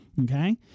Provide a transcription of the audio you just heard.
okay